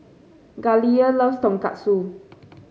Galilea loves Tonkatsu